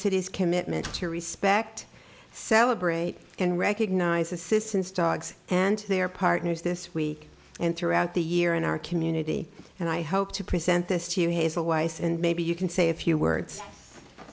city's commitment to respect celebrate and recognize assistance dogs and their partners this week and throughout the year in our community and i hope to present this to you hazel weiss and maybe you can say a few words